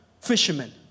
fishermen